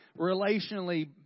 relationally